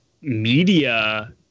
media